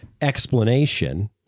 explanation